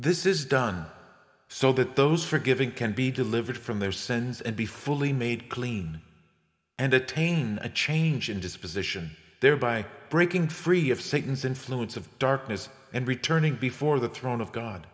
this is done so that those forgiving can be delivered from their sins and be fully made clean and attain a change in disposition thereby breaking free of satan's influence of darkness and returning before the throne of god